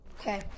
okay